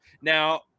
now